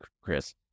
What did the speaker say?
Chris